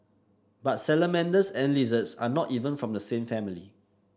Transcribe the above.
but salamanders and lizards are not even from the same family